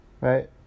right